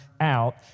out